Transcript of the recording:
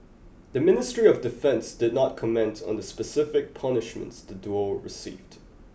the Ministry of Defence did not comment on the specific punishments the duo received